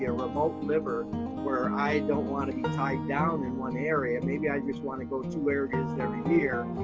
yeah remote liver where i don't wanna be tied down in one area. maybe i just wanna go two areas every year.